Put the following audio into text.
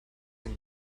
can